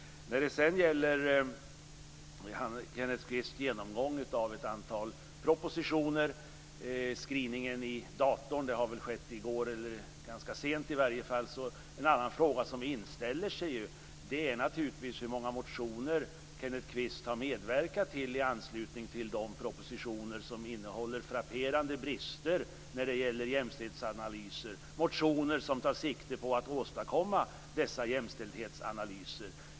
Sedan gäller det Kenneth Kvists genomgång av ett antal propositioner och skrivningen i datorn. Det har väl skett i går, eller ganska sent i alla fall. En annan fråga som inställer sig är naturligtvis hur många motioner Kenneth Kvist har medverkat till i anslutning till de propositioner som innehåller frapperande brister när det gäller jämställdhetsanalyser, motioner som tar sikte på att åstadkomma dessa jämställdhetsanalyser.